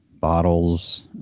bottles